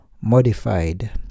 modified